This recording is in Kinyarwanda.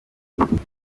makuru